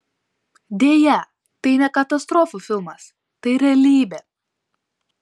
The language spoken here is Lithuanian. deja tai ne katastrofų filmas tai realybė